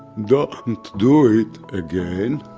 don't do it again.